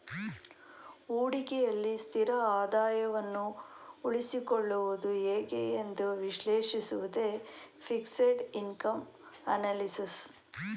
ಹೂಡಿಕೆಯಲ್ಲಿ ಸ್ಥಿರ ಆದಾಯವನ್ನು ಉಳಿಸಿಕೊಳ್ಳುವುದು ಹೇಗೆ ಎಂದು ವಿಶ್ಲೇಷಿಸುವುದೇ ಫಿಕ್ಸೆಡ್ ಇನ್ಕಮ್ ಅನಲಿಸಿಸ್